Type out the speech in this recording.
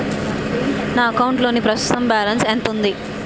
నా అకౌంట్ లోని ప్రస్తుతం బాలన్స్ ఎంత ఉంది?